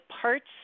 parts